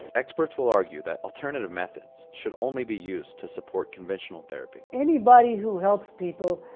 experts will argue that alternative methods should only be used to support conventional therapy. anybody who helps people,